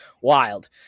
wild